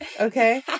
Okay